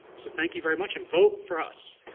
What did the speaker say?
so thank you very much, and vote for us.